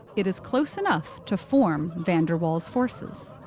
it is close enough to form van der waals forces.